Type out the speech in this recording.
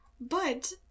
but-